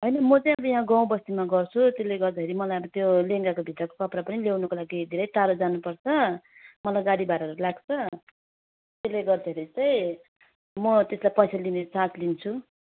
होइन म चाहिँ अब यहाँ गाउँ बस्तीमा गर्छु त्यसले गर्दाखेरि मलाई अब त्यो लेहेङ्गाको भित्रको कपडा पनि ल्याउनुको लागि धेरै टाढो जानुपर्छ मलाई गाडी भाडाहरू लाग्छ त्यसले गर्दाखेरि चाहिँ म त्यसलाई पैसा लिने चार्ज लिन्छु